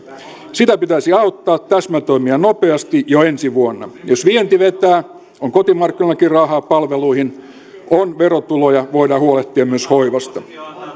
sitä pitäisi auttaa täsmätoimia nopeasti jo ensi vuonna jos vienti vetää on kotimarkkinoillakin rahaa palveluihin on verotuloja voidaan huolehtia myös hoivasta